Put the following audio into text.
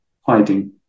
hiding